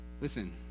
Listen